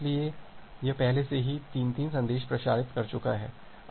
इसलिए यह पहले से ही 3 3 संदेश प्रसारित कर चुका है